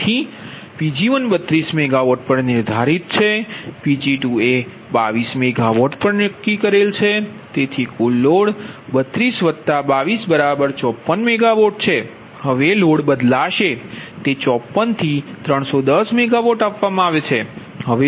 તેથી Pg1 32 megawatt પર નિર્ધારિત છે અને Pg2એ 22MW નક્કી થયેલ છે તેથી કુલ લોડ 32 22 54 મેગાવોટ છે હવે લોડ બદલાશે તે 54 310 મેગાવોટ આપવામાં આવે છે